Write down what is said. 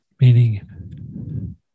Meaning